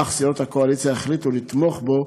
אך סיעות הקואליציה החליטו לתמוך בה,